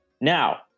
Now